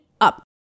up